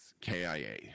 KIA